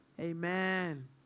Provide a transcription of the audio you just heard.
amen